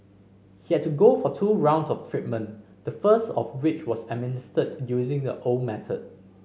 he had to go for two rounds of treatment the first of which was administered using the old method